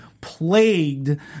plagued